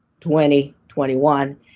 2021